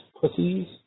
pussies